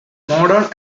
modern